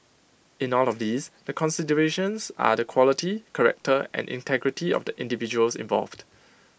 in all of these the considerations are the quality character and integrity of the individuals involved